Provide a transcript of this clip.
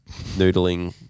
noodling